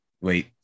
wait